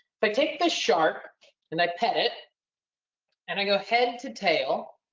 if i take the shark and i pet it and i go head to tail.